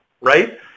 right